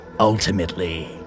Ultimately